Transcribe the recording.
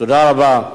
תודה רבה.